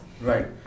Right